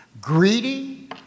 greedy